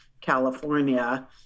California